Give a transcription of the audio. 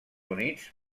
units